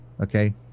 Okay